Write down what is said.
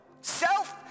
Self